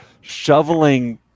shoveling